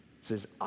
says